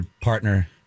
partner